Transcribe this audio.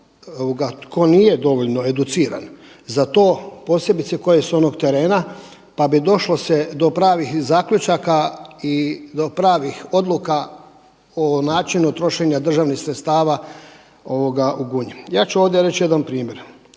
tko nije dovoljno educiran za to, posebice tko je s onog terena, pa bi došlo se do pravih zaključaka i do pravih odluka o načinu trošenja državnih sredstava u Gunji. Ja ću ovdje reći jedan primjer.